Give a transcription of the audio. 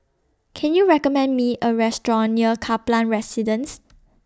Can YOU recommend Me A Restaurant near Kaplan Residence